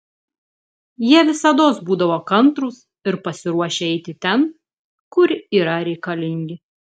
jie visados būdavo kantrūs ir pasiruošę eiti ten kur yra reikalingi